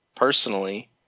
Personally